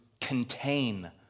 contain